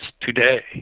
today